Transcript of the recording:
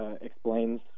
explains